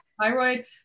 thyroid